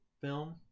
film